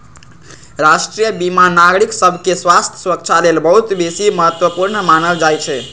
राष्ट्रीय बीमा नागरिक सभके स्वास्थ्य सुरक्षा लेल बहुत बेशी महत्वपूर्ण मानल जाइ छइ